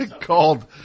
called